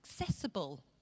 accessible